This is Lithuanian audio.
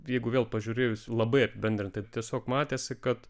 jeigu vėl pažiūrėjus labai apibendrintai tiesiog matėsi kad